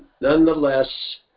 nonetheless